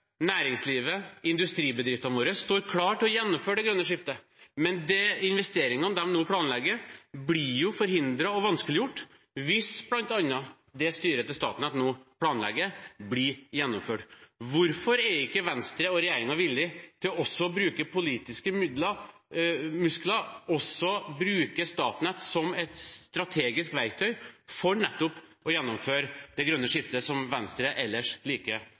næringslivet og industribedriftene våre står klare til å gjennomføre det grønne skiftet, men investeringene de nå planlegger, blir forhindret og vanskeliggjort hvis bl.a. det styret til Statnett nå planlegger, blir gjennomført. Hvorfor er ikke Venstre og regjeringen villig til å bruke politiske muskler og bruke Statnett som et strategisk verktøy for å gjennomføre det grønne skiftet, som Venstre ellers liker